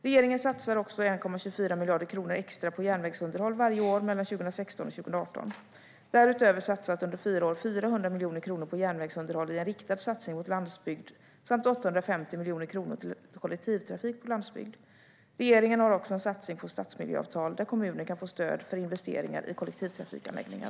Regeringen satsar också 1,24 miljarder kronor extra på järnvägsunderhåll varje år mellan 2016 och 2018. Därutöver satsas under fyra år 400 miljoner kronor på järnvägsunderhåll i en riktad satsning mot landsbygd samt 850 miljoner kronor till kollektivtrafik på landsbygd. Regeringen har också en satsning på stadsmiljöavtal där kommuner kan få stöd för investeringar i kollektivtrafikanläggningar.